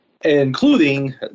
Including